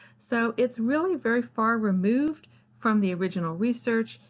so it's really very far removed from the original research.